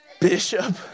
Bishop